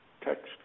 text